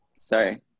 Sorry